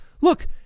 look